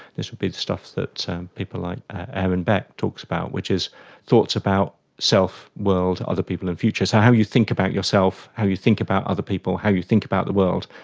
this would be the stuff that so um people like aaron beck talks about which is thoughts about self world, other people and futures, so how you think about yourself, how you think about other people, how you think about the world,